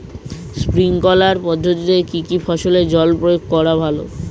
Sprinkler পদ্ধতিতে কি কী ফসলে জল প্রয়োগ করা ভালো?